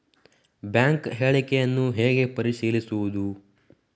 Bank ಹೇಳಿಕೆಯನ್ನು ಹೇಗೆ ಪರಿಶೀಲಿಸುವುದು?